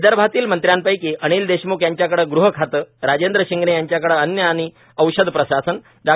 विदर्भातील मंत्र्यांपैकी अनिल देशम्ख यांच्याकडे गृह खातं राजेंद्र शिंगणे यांच्याकडे अन्न आणि औषध प्रशासन डॉ